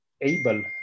able